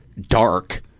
dark